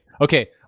okay